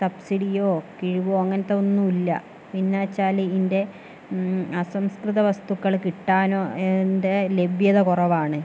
സബ്സിഡിയോ കിഴിവോ അങ്ങനത്തെ ഒന്നുമില്ല പിന്നെ വച്ചാൽ ഇതിൻ്റെ അസംസ്കൃത വസ്തുക്കള് കിട്ടാനോ അതിൻ്റെ ലഭ്യത കുറവാണ്